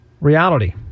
Reality